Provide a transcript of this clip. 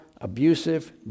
abusive